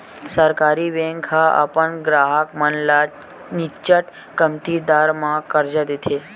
सहकारी बेंक ह अपन गराहक मन ल निच्चट कमती दर म करजा देथे